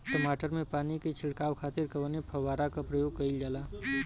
टमाटर में पानी के छिड़काव खातिर कवने फव्वारा का प्रयोग कईल जाला?